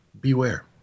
Beware